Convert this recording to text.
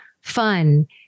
fun